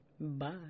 Bye